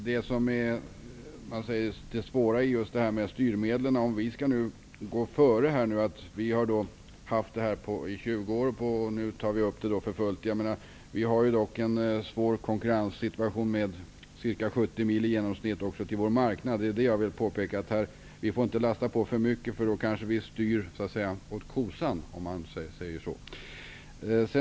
Herr talman! Det svåra med styrmedlen -- om vi nu skall gå före med detta som vi funderat på i 20 år -- är vår svåra konkurrenssituation. Vi har ju ca 70 mil till vår marknad. Det var detta jag ville påpeka. Vi får inte lasta på för mycket, för då kanske vi styr kosan åt alldeles fel håll.